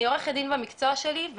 אני עורכת דין במקצוע שלי,